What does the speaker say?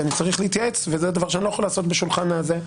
אני צריך להתייעץ וזה דבר שאני לא יכול לעשות בשולחן הזה.